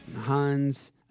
Hans